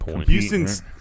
Houston's